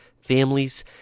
families